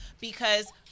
because-